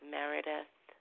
Meredith